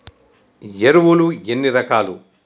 ఎరువులు ఎన్ని రకాలు?